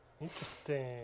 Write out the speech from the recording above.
Interesting